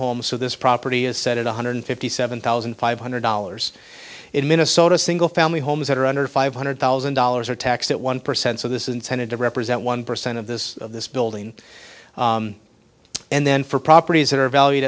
home so this property is set at one hundred fifty seven thousand five hundred dollars in minnesota single family homes that are under five hundred thousand dollars are taxed at one percent so this is intended to represent one percent of this of this building and then for properties that are valued